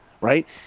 right